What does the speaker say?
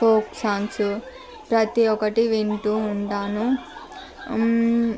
folk songs ప్రతీ ఒక్కటి వింటూ ఉంటాను